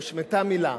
הושמטה מלה,